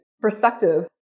perspective